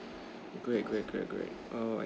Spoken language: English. great great great great err